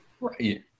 Right